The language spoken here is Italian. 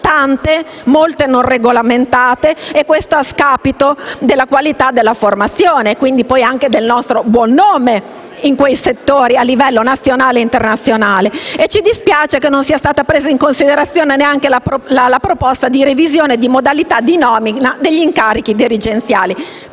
tante, molte non regolamentate, a scapito della qualità della formazione, quindi anche del nostro buon nome in quei settori a livello nazionale e internazionale. Ci dispiace che non sia stata presa in considerazione neanche la proposta di revisione di modalità di nomina degli incarichi dirigenziali,